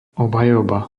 obhajoba